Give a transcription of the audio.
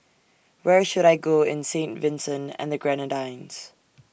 Where should I Go in Saint Vincent and The Grenadines